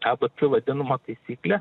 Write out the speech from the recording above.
abc vadinama taisyklė